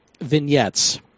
vignettes